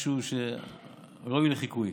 משהו ראוי לחיקוי,